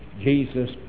jesus